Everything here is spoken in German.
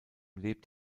lebt